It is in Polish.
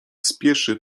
spieszy